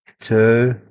Two